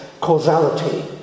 causality